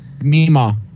Mima